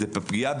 בפרנסה.